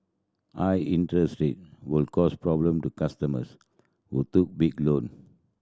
high interest rate will cause problem to customers who took big loan